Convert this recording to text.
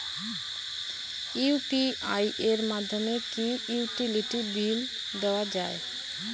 UPI এর মাধ্যমে কি ইউটিলিটি বিল দেওয়া যায়?